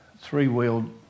three-wheeled